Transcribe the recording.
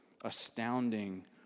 astounding